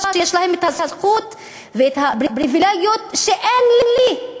שיש להם הזכות והפריבילגיות שאין לי: